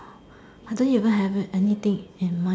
I don't even have it anything in mind